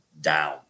down